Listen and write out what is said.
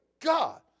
God